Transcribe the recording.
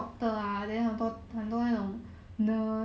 orh